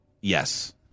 Yes